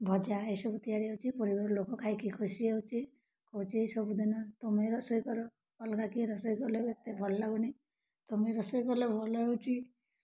ଭଜା ଏସବୁ ତିଆରି ହେଉଛି ପ଼ରିବାର ଲୋକ ଖାଇକି ଖୁସି ହେଉଛି କହୁଛି ଏ ସବୁଦିନ ତମେ ରୋଷେଇ କର ଅଲଗା କି ରୋଷେଇ କଲେ ଏତେ ଭଲ ଲାଗୁନି ତମେ ରୋଷେଇ କଲେ ଭଲ ହେଉଛି